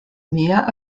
meer